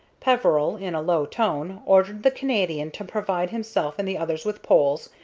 peveril, in a low tone, ordered the canadian to provide himself and the others with poles,